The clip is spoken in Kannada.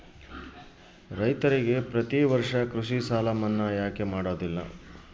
ರೈತರಿಗೆ ಪ್ರತಿ ವರ್ಷ ಕೃಷಿ ಸಾಲ ಮನ್ನಾ ಯಾಕೆ ಮಾಡೋದಿಲ್ಲ?